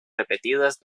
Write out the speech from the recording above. repetidas